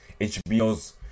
HBO's